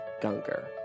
Gunger